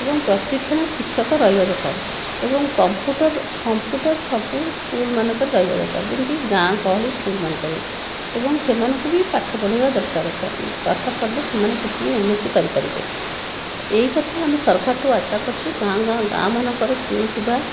ଏବଂ ପ୍ରଶିକ୍ଷଣ ଶିକ୍ଷକ ରହିବା ଦରକାର ଏବଂ କମ୍ପ୍ୟୁଟର କମ୍ପ୍ୟୁଟର ସବୁ ସ୍କୁଲ୍ମାନଙ୍କରେ ରହିବା ଦରକାର ଯେମିତି ଗାଁ ଗହଳି ସ୍କୁଲ୍ମାନଙ୍କରେ ଏବଂ ସେମାନଙ୍କୁ ବି ପାଠ ପଢ଼ାଇବା ଦରକାର ପାଠ ପଢ଼ିଲେ ସେମାନେ କିଛି ବି ଉନ୍ନତି କରିପାରିବେ ଏହି କଥା ଆମେ ସରକାରଙ୍କଠୁ ଆଶା କରୁଛୁ ଗାଁ ଗାଁ ଗାଁମାନଙ୍କରେ ସ୍କୁଲ୍ ଥିବା